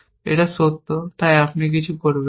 এটা সত্য তাই আপনি কিছু করবেন না